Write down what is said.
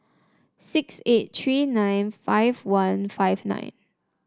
six eight three nine five one five nine